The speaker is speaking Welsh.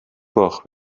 gloch